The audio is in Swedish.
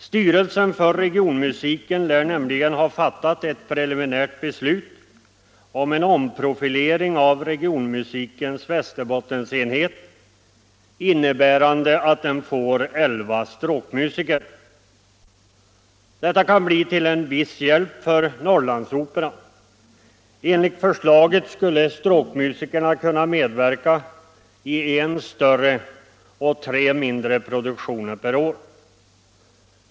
Styrelsen för regionmusiken lär nämligen ha fattat ett preliminärt beslut om en omprofilering av regionmusikens Västerbottensenhet, innebärande att den får elva stråkmusiker. Detta kan bli till viss hjälp för Norrlandsoperan. Enligt förslaget skulle stråkmusikerna kunna medverka i en större och tre mindre produktioner varje år.